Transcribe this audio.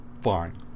fine